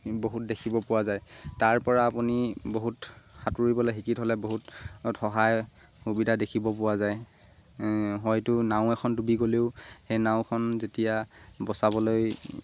বহুত দেখিব পোৱা যায় তাৰপৰা আপুনি বহুত সাঁতুৰিবলৈ শিকি থ'লে বহুত সহায় সুবিধা দেখিব পোৱা যায় হয়তো নাও এখন ডুবি গ'লেও সেই নাওখন যেতিয়া বচাবলৈ